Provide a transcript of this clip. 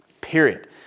Period